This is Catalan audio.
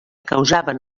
causaven